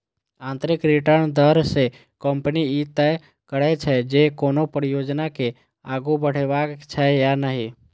आंतरिक रिटर्न दर सं कंपनी ई तय करै छै, जे कोनो परियोजना के आगू बढ़ेबाक छै या नहि